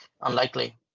unlikely